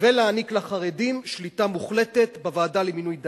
ולהעניק לחרדים שליטה מוחלטת בוועדה למינוי דיינים.